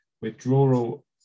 withdrawal